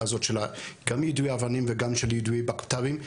הזאת של גם יידוי אבנים וגם של יידוי בקת"בים,